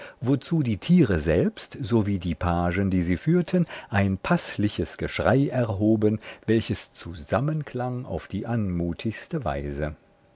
wozu die tiere selbst sowie die pagen die sie führten ein paßliches geschrei erhoben welches zusammenklang auf die anmutigste weise